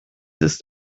ist